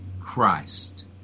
Christ